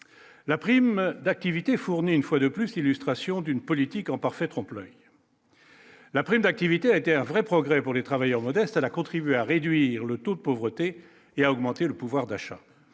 la prime d'activité fournit une fois de plus, l'illustration d'une politique en parfait trompe l'oeil. La prime d'activité a été un vrai progrès pour les travailleurs modestes à la contribué à réduire le taux de pauvreté et à augmenter le pouvoir d'achat,